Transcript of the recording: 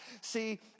See